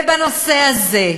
ובנושא הזה,